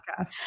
podcast